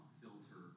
filter